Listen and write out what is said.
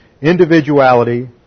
individuality